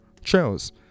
chose